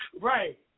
Right